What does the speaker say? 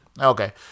okay